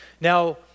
Now